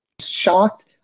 shocked